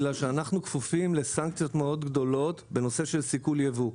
כי אנחנו כפופים לסנקציות מאוד גדולות בנושא של סיכול יבוא,